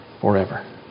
forever